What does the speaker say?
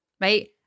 right